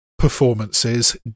Performances